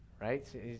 Right